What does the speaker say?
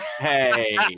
Hey